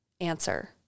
answer